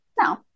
No